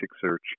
search